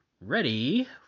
ready